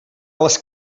les